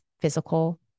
physical